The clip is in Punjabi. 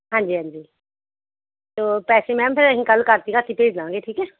ਹਾਂਜੀ ਹਾਂਜੀ ਸੋ ਪੈਸੇ ਮੈਮ ਫਿਰ ਅਸੀਂ ਕੱਲ੍ਹ ਕਾਕੇ ਹੱਥ ਹੀ ਭੇਜ ਦੇਵਾਂਗੇ ਠੀਕ ਹੈ